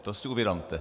To si uvědomte.